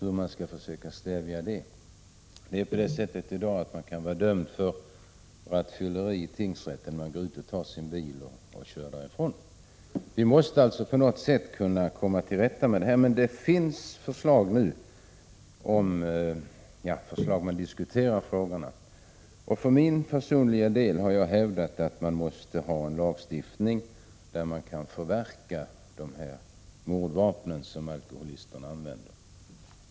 I dag förhåller det sig på det sättet att man kan dömas för rattfylleri vid tingsrätten och gå ut och ta sin bil och köra därifrån. Vi måste på något sätt komma till rätta med detta. Man diskuterar olika förslag, och för min personliga del har jag hävdat att vi måste ha en lagstiftning enligt vilken de mordvapen som alkoholisterna använt kan förklaras förverkade.